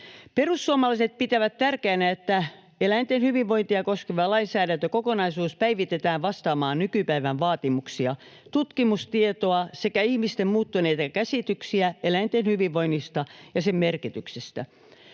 Perussuomalaiset pitävät tärkeänä, että eläinten hyvinvointia koskeva lainsäädäntökokonaisuus päivitetään vastaamaan nykypäivän vaatimuksia, tutkimustietoa sekä ihmisten muuttuneita käsityksiä eläinten hyvinvoinnista ja sen merkityksestä.